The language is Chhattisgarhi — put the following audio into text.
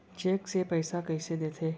चेक से पइसा कइसे देथे?